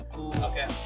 Okay